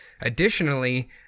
Additionally